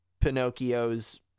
Pinocchio's